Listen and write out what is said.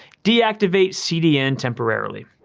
deactivate cdn temporarily.